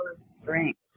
strength